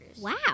Wow